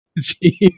Jeez